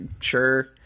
sure